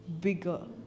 bigger